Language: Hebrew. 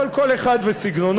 אבל כל אחד וסגנונו.